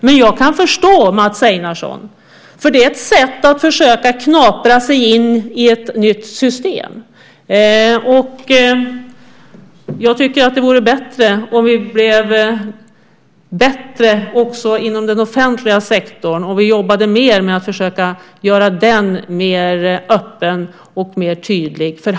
Men jag kan förstå Mats Einarsson. Det är ett sätt att försöka knapra sig in i ett nytt system. Jag tycker att det vore bättre om vi blev bättre också inom den offentliga sektorn och jobbade mer med att försöka göra den mer öppen och tydlig.